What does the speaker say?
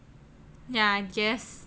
yeah I guess